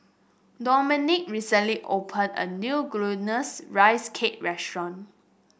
Dominick recently opened a new Glutinous Rice Cake restaurant